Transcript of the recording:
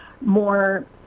more –